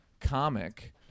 comic